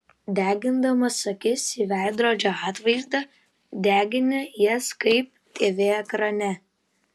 degindamas akis į veidrodžio atvaizdą degini jas kaip tv ekrane